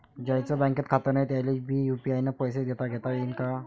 ज्याईचं बँकेत खातं नाय त्याईले बी यू.पी.आय न पैसे देताघेता येईन काय?